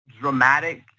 dramatic